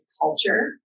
culture